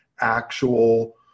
actual